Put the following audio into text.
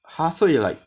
ha so you like